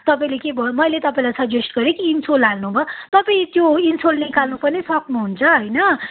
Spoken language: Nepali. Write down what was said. तपाईँले के भयो मैले तपाईँलाई सजेस्ट गरेँ कि इन्सोल हाल्नु भयो तपाईँले त्यो इन्सोल निकाल्नु पनि सक्नुहुन्छ होइन